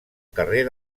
carrer